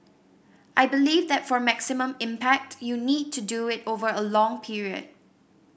I believe that for maximum impact you need to do it over a long period